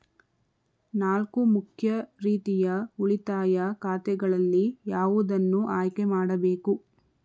ನಾಲ್ಕು ಮುಖ್ಯ ರೀತಿಯ ಉಳಿತಾಯ ಖಾತೆಗಳಲ್ಲಿ ಯಾವುದನ್ನು ಆಯ್ಕೆ ಮಾಡಬೇಕು?